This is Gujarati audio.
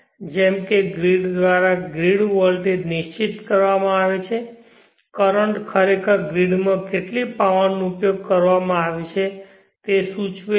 જેમ કે ગ્રીડ દ્વારા ગ્રીડ વોલ્ટેજ નિશ્ચિત કરવામાં આવે છે કરંટ ખરેખર ગ્રીડમાં કેટલી પાવર નો ઉપયોગ કરવામાં આવે છે તે સૂચવશે